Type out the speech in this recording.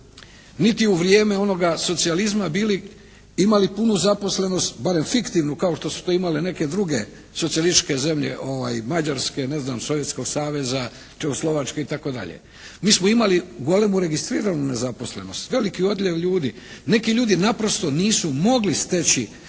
niti u vrijeme onoga socijalizma imali punu zaposlenost barem fiktivnu kao što su to imale neke druge socijalističke zemlje Mađarske, Sovjetskog Saveza, Čehoslovačke itd. Mi smo imali golemu registriranu nezaposlenost, veliki odljev ljudi. Neki ljudi naprosto nisu mogli steći